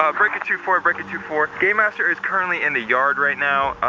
ah breaker two four, breaker two four. game master is currently in the yard right now.